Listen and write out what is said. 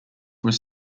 was